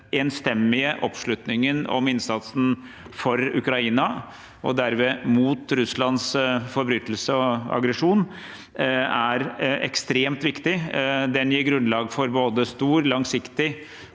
enstemmige oppslutningen om innsatsen for Ukraina, og derved mot Russlands forbrytelse og aggresjon, er ekstremt viktig. Den gir grunnlag for både stor, langsiktig